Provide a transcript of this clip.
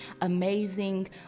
amazing